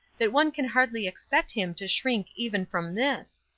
that one can hardly expect him to shrink even from this.